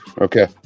Okay